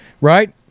right